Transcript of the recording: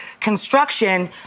construction